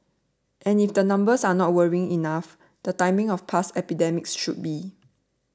and if the numbers are not worrying enough the timing of past epidemics should be